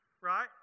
right